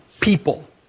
people